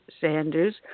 Sanders